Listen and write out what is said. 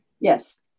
Yes